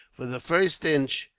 for the first inch,